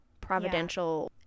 providential